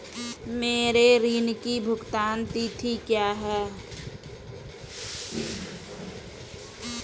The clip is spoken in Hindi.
मेरे ऋण की भुगतान तिथि क्या है?